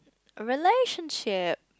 relationship